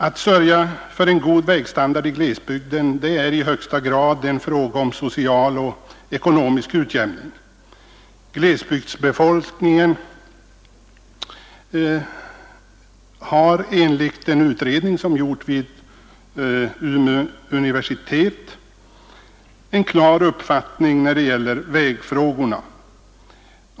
Att sörja för en god vägstandard i glesbygden är i högsta grad en fråga om social och ekonomisk utjämning. Glesbygdsbefolkningen har enligt en utredning som gjorts vid Umeå universitet en klar uppfattning när det gäller vägfrågorna.